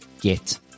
get